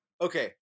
Okay